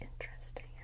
interesting